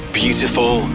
beautiful